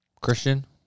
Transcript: Christian